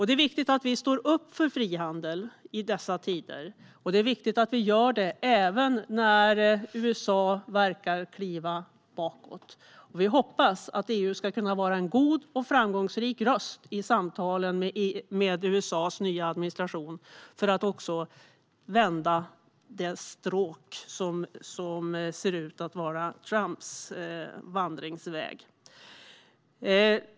Det är viktigt att vi i dessa tider står upp för frihandel och att vi gör det även när USA verkar drivas bakåt. Vi hoppas att EU ska kunna vara en god och framgångsrik röst i samtalen med USA:s nya administration - detta för att vända det stråk som ser ut att vara Trumps vandringsväg.